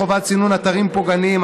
חובת סינון אתרים פוגעניים),